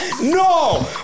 no